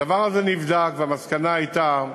הדבר הזה נבדק, והמסקנה הייתה שאי-אפשר.